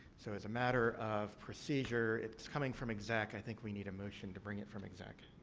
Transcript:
so, as a matter of procedure, it's coming from exec. i think we need a motion to bring it from exec.